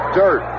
dirt